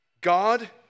God